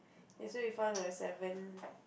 yesterday we found on the seven